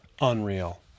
unreal